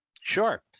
Sure